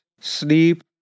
sleep